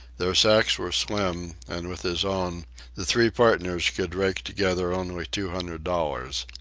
their sacks were slim, and with his own the three partners could rake together only two hundred dollars.